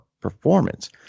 performance